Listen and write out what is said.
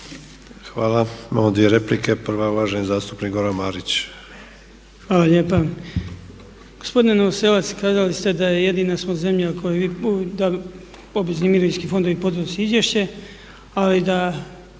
Hvala. Imamo dvije replike. Prva je uvaženi zastupnik Goran Marić. **Marić, Goran (HDZ)** Hvala lijepa. Gospodine Novoselec kazali ste da jedina smo zemlja u kojoj obvezni mirovinski fondovi podnose izvješće ali da